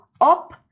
up